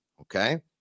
okay